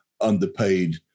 underpaid